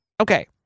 Okay